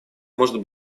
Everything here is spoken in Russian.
может